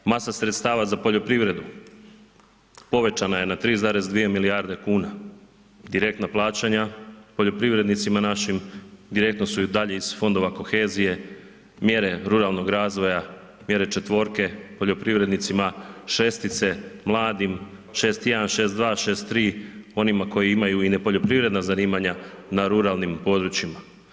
Masa sredstava za poljoprivredu povećana je na 3,2 milijarde kuna, direktna plaćanja poljoprivrednicima našim direktno su i dalje iz fondova kohezije, mjere ruralnog razvoja, mjere četvorke poljoprivrednicima, šestice mladim, 6.1., 6.2, 6.3 onima kojima imaju i nepoljoprivredna zanimanja na ruralnim područjima.